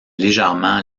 légèrement